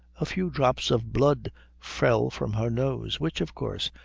a few drops of blood fell from her nose, which, of course,